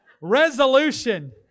Resolution